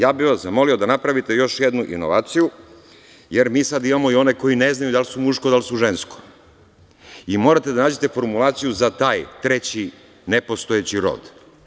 Ja bih vas zamolio da napravite još jednu inovaciju, jer mi sada imamo i one koji ne znaju da li su muško, da li su žensko, i morate da nađete formulaciju za taj treći nepostojeći rod.